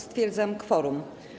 Stwierdzam kworum.